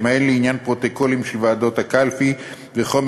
למעט לעניין פרוטוקולים של ועדות הקלפי וחומר